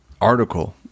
article